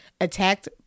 attacked